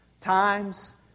times